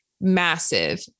massive